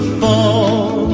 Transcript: fall